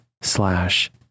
slash